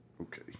Okay